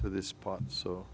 to this part so